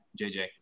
JJ